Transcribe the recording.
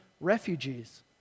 refugees